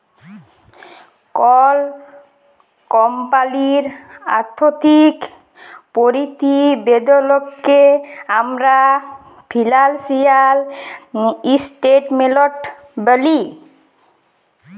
call কমপালির আথ্থিক পরতিবেদলকে আমরা ফিলালসিয়াল ইসটেটমেলট ব্যলি